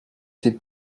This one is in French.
c’est